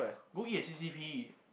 go eat at C_C_P